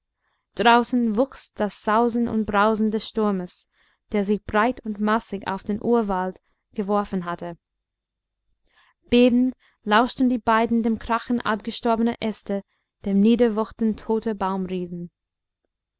draußen wuchs das sausen und brausen des sturmes der sich breit und massig auf den urwald geworfen hatte bebend lauschten die beiden dem krachen abgestorbener äste dem niederwuchten toter